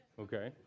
okay